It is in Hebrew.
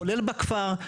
כולל בכפר,